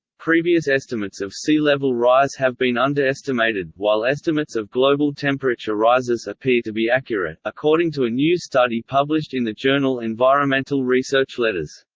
previous estimates of sea level rise have been underestimated, while estimates of global temperature rises appear to be accurate, according to a new study published in the journal environmental research letters.